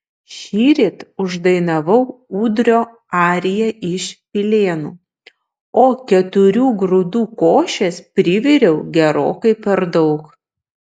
šįryt uždainavau ūdrio ariją iš pilėnų o keturių grūdų košės priviriau gerokai per daug